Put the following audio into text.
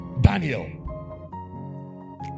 Daniel